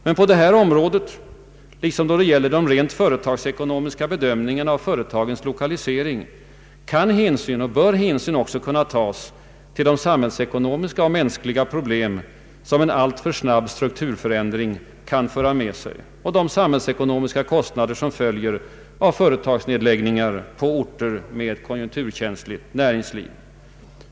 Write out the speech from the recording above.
Men på detta område, liksom då det gäller den rent företagsekonomiska bedömningen av företagens lokalisering, bör hänsyn tas till de samhällsekonomiska och mänskliga problem som en alltför snabb strukturrationalisering kan föra med sig och de samhällsekonomiska kostnader som följer av företagsnedläggningar på orter med ett konjunkturkänsligt näringsliv.